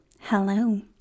Hello